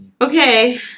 Okay